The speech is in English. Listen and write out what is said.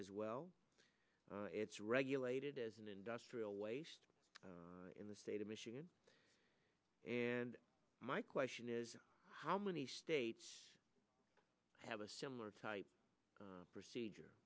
as well it's regulated as an industrial waste in the state of michigan and my question is how many states have a similar type of procedure